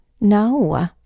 No